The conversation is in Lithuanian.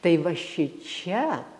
tai va šičia